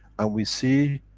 and we see